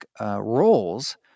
roles